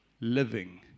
living